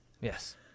Yes